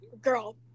girl